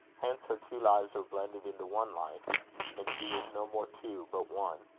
hence her two lives were blended into one life and she was no more two, but one.